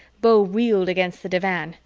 beau reeled against the divan,